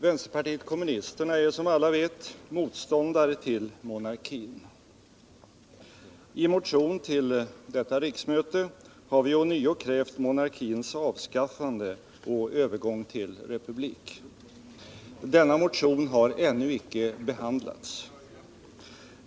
Vänsterpartiet kommunisterna är, som alla vet, motståndare till monarkin. I motion till detta riksmöte har vi ånyo krävt monarkins avskaffande och övergång till republik. Denna motion har ännu inte behandlats.